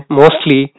mostly